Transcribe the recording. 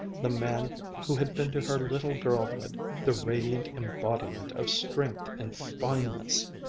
the man who had been to her little girlhood the radiant embodiment of strength and fineness!